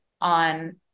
on